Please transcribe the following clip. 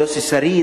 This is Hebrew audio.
של יוסי שריד,